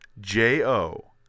J-O